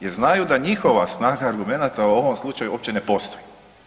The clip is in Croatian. Jer znaju da njihova snaga argumenata u ovom slučaju uopće ne postoji.